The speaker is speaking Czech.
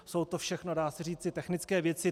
Jsou to všechno, dá se říci, technické věci.